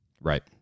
Right